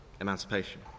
emancipation